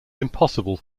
impossible